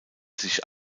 sich